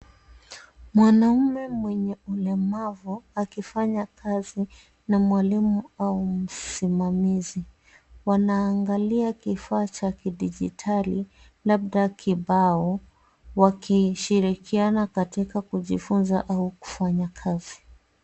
Mwanaume mwenye ulemavu, akifanya kazi, na mwalimu, au msimamizi. Wanaangalia kifaa cha kidijitali, labda kibao, wakishirikiana katika kujifunza, au kufanya kazi.